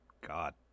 God